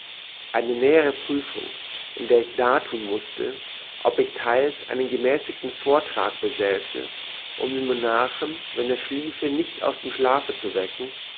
eine nähere prüfung in der ich darthun mußte ob ich theils einen gemäßigten vortrag besäße um den monarchen wenn er schliefe nicht aus dem schlafe zu wecken